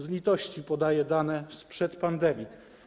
Z litości podaję dane sprzed pandemii.